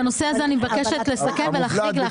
בנושא הזה אני מבקשת לסכם ולהחריג להכניס אותו.